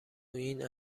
این